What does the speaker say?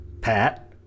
Pat